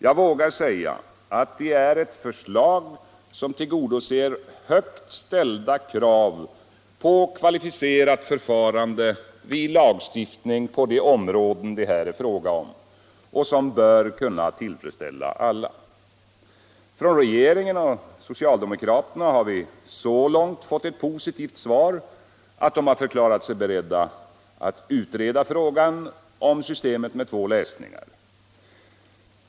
Jag vågar säga att det är ett förslag som tillgodoser högt ställda krav på kvalificerat förfarande vid lagstiftning på de områden som det här är fråga om och som bör kunna tillfredsställa alla. Från regeringen och socialdemokraterna har vi så långt fått ett positivt svar att de förklarat sig beredda att utreda frågan om systemet med två läsningar.